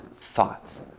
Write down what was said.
thoughts